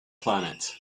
planet